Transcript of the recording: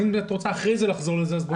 אם את רוצה לחזור לזה אחר כך, אין בעיה.